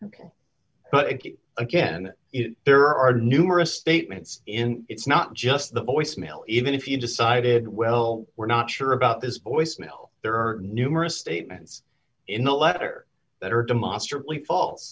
but again if there are numerous statements in it's not just the voice mail even if you decided well we're not sure about this voicemail there are numerous statements in the letter that are